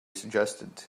suggested